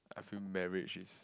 I feel marriage is